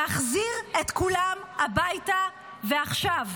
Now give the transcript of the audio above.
להחזיר את כולם הביתה ועכשיו.